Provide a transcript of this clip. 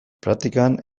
praktikan